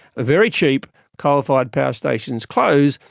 very cheap coal fired power stations close,